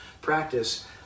practice